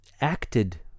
acted